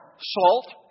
salt